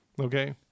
Okay